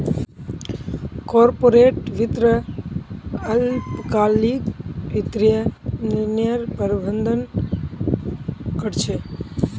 corporate वित्त अल्पकालिक वित्तीय निर्णयर प्रबंधन कर छे